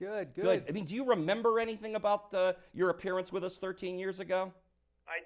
good good i mean do you remember anything about your appearance with us thirteen years ago i